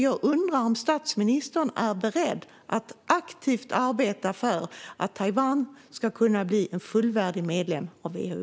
Jag undrar om statsministern är beredd att aktivt arbeta för att Taiwan ska bli en fullvärdig medlem av WHO.